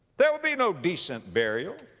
there will be no decent burial.